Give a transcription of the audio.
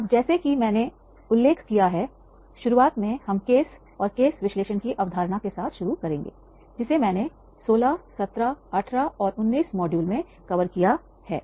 अब जैसे कि मैंने उल्लेख किया है शुरुआत में हम केस और केस विश्लेषण की अवधारणा के साथ शुरू करेंगे जिसे मैंने 16 17 18 और 19 मॉड्यूल में कवर किया है